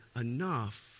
enough